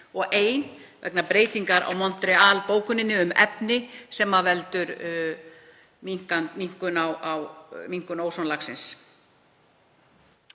og ein vegna breytingar á Montreal-bókuninni um efni sem veldur minnkun ósonlagsins.